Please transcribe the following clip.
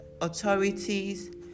authorities